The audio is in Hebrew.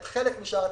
את חלק משאר התקציבים,